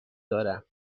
دارم